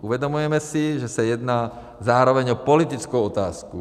Uvědomujeme si, že se jedná zároveň o politickou otázku.